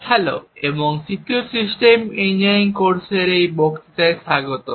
hello এবং secure system engineering কোর্সের এই বক্তৃতায় স্বাগতম